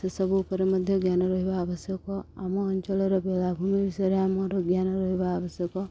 ସେସବୁ ଉପରେ ମଧ୍ୟ ଜ୍ଞାନ ରହିବା ଆବଶ୍ୟକ ଆମ ଅଞ୍ଚଳର ବେଳାଭୂମି ବିଷୟରେ ଆମର ଜ୍ଞାନ ରହିବା ଆବଶ୍ୟକ